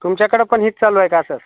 तुमच्याकडं पण हेच चालू आहे का असं